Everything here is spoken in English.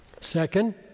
Second